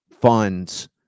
funds